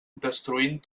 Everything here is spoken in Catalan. destruint